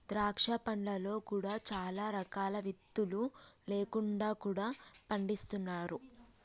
ద్రాక్ష పండ్లలో కూడా చాలా రకాలు విత్తులు లేకుండా కూడా పండిస్తున్నారు